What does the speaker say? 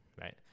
Right